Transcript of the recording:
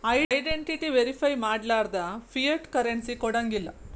identity verify ಮಾಡ್ಲಾರ್ದ fiat currency ಕೊಡಂಗಿಲ್ಲಾ